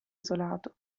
isolato